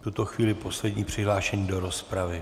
V tuto chvíli poslední přihlášený do rozpravy.